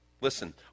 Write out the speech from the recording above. Listen